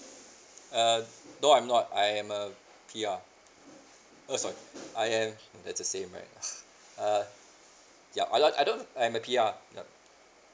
uh no I'm not I am a P_R oh sorry I am that's the same right uh yup I like I don't I'm a P_R